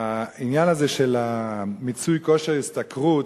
העניין הזה של מיצוי כושר ההשתכרות